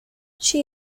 she